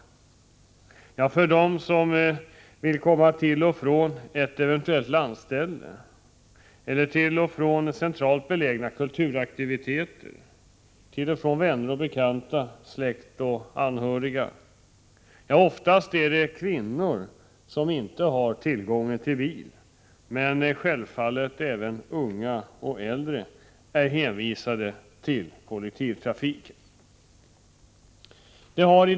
De som vill komma till och från ett eventuellt lantställe, till och från centralt belägna kulturaktiviteter, till och från vänner och bekanta, släkt och anhöriga — oftast är det kvinnor som inte har tillgång till bil men även unga och äldre — är hänvisade till kollektivtrafiken.